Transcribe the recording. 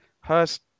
Hurst